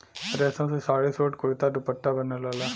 रेशम से साड़ी, सूट, कुरता, दुपट्टा बनला